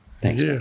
Thanks